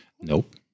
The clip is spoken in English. Nope